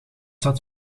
zat